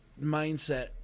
mindset